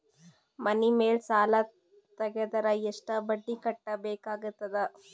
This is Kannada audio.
ಮನಿ ಮೇಲ್ ಸಾಲ ತೆಗೆದರ ಎಷ್ಟ ಬಡ್ಡಿ ಕಟ್ಟಬೇಕಾಗತದ?